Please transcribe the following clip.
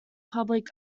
public